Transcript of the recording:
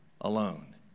alone